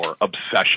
obsession